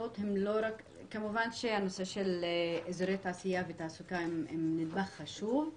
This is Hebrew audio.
כמובן שהנושא של אזורי תעשייה ותעסוקה הוא נדבך חשוב,